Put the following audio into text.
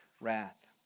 wrath